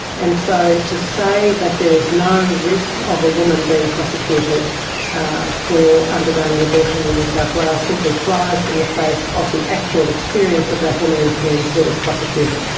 and so to say that there is no risk of a woman being prosecuted for undergoing an abortion in new south wales simply flies in the face of the actual experience of that woman in cairns who was prosecuted,